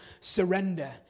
surrender